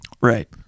right